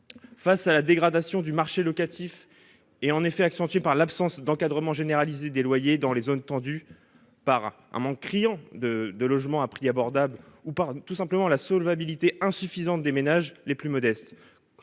La dégradation du marché locatif est en effet accentuée par l'absence d'encadrement généralisé des loyers dans les zones tendues, par un manque criant de logements à prix abordables, ainsi que par l'insuffisante solvabilité des ménages les plus modestes.